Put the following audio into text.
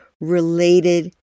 related